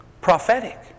Prophetic